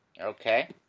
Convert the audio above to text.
Okay